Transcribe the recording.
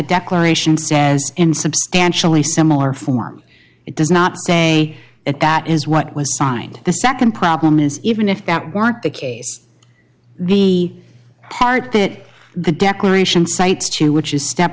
declaration says in substantially similar form it does not say that that is what was signed the nd problem is even if that weren't the case the part that the declaration cites to which is step